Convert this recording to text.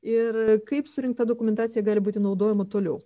ir kaip surinkta dokumentacija gali būti naudojama toliau